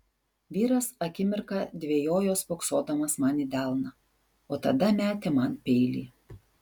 vyras akimirką dvejojo spoksodamas man į delną o tada metė man peilį